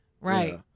Right